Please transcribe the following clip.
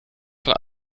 von